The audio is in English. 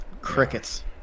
Crickets